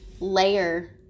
layer